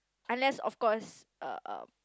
unless of course uh